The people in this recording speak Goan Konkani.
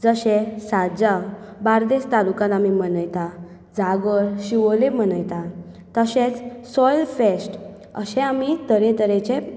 जशें सांजांव बार्देश तालुकान आमी मनयता जागोर शिवोले मनयतात तशेंच सोयल फेस्ट अशें आमी तरे तरेचे